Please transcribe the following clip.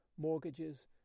mortgages